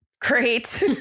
great